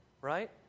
right